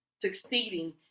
succeeding